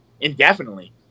indefinitely